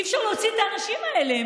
אי-אפשר להוציא את האנשים האלה.